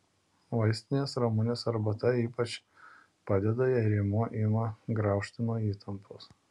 vaistinės ramunės arbata ypač padeda jei rėmuo ima graužti nuo įtampos